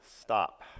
Stop